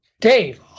Dave